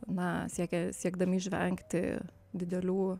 na siekia siekdami išvengti didelių